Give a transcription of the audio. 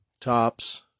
Tops